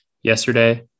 yesterday